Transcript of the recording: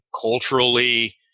Culturally